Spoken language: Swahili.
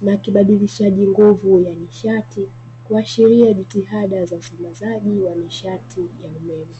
na kibadilishaji nguvu ya nishati, kuashiria jitihada za usambazaji wa nishati ya umeme.